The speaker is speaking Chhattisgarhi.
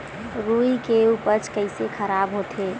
रुई के उपज कइसे खराब होथे?